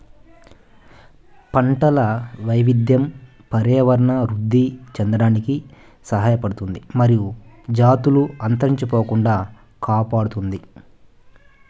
పంటల వైవిధ్యం పర్యావరణం వృద్ధి చెందడానికి సహాయపడుతుంది మరియు జాతులు అంతరించిపోకుండా కాపాడుతుంది